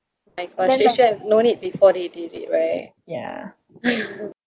like they should know it before they did it right